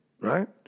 right